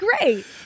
great